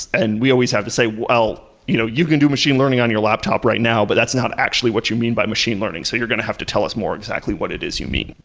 and we always have to say, well, you know you can do machine learning on your laptop right now, but that's not actually what you mean by machine learning. so you're going to have to tell us more exactly what it is you mean.